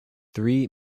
three